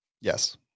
Yes